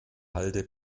halde